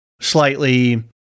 slightly